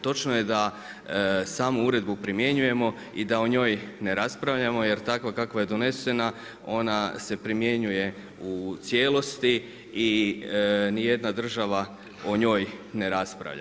Točno je da samu uredbu primjenjujemo i da o njoj ne raspravljamo, jer takva kakva je donesena ona se primjenjuje u cijelosti i ni jedna država o njoj ne raspravlja.